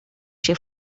się